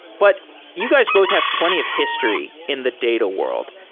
but you guys both have plenty of history in the data world.